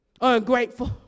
ungrateful